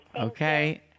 Okay